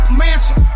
mansion